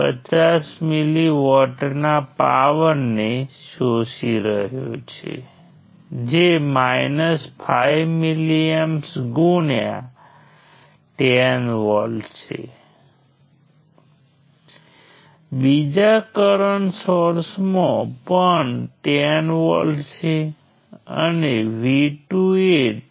તેથી એક N node સર્કિટમાં આપણી પાસે N માઈનસ 1 KCL ઈક્વેશન્સ છે અને N નોડ B બ્રાન્ચ સર્કિટમાં આપણી પાસે B માઈનસ N વત્તા 1 KVL ઈક્વેશન્સ છે